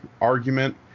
argument